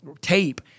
tape